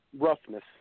roughness